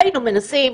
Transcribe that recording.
היינו מנסים,